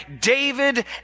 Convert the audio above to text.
David